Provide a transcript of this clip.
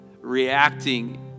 reacting